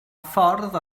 ffordd